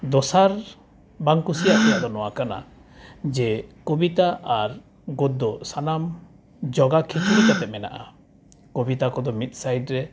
ᱫᱚᱥᱟᱨ ᱵᱟᱝ ᱠᱩᱥᱤᱭᱟᱜ ᱛᱮᱭᱟᱜ ᱫᱚ ᱱᱚᱣᱟ ᱠᱟᱱᱟ ᱡᱮ ᱠᱚᱵᱤᱛᱟ ᱟᱨ ᱜᱚᱫᱽᱫᱚ ᱥᱟᱱᱟᱢ ᱡᱚᱜᱟᱼᱠᱷᱤᱪᱩᱲᱤ ᱠᱟᱫᱮᱫ ᱢᱮᱱᱟᱜᱼᱟ ᱠᱚᱵᱤᱛᱟ ᱠᱚᱫᱚ ᱢᱤᱫ ᱥᱟᱭᱤᱰᱨᱮ